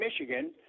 Michigan